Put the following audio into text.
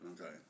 Okay